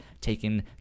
taken